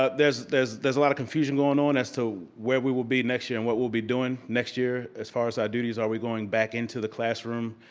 ah there's there's a lot of confusion going on as to where we will be next year and what we'll be doing next year as far as our duties, are we going back into the classroom,